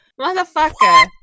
Motherfucker